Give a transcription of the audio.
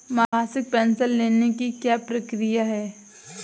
मासिक पेंशन लेने की क्या प्रक्रिया है?